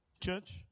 Church